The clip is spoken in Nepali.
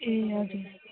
ए हजुर